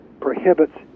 prohibits